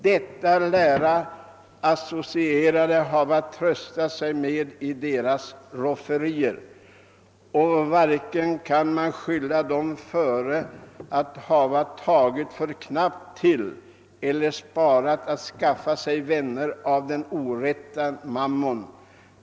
Detta lära associerade hafva tröstat sig med i deras rofferier, och hvarcken kan man skylla dem före at hafva tagit för knapt till eller sparat at skaffa sig vänner af den orätta mammon.